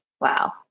Wow